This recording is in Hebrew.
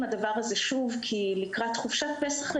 הדבר הזה שוב כי גם לקראת חופשת פסח,